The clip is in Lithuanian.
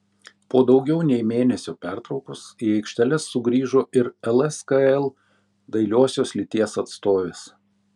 po daugiau nei mėnesio pertraukos į aikšteles sugrįžo ir lskl dailiosios lyties atstovės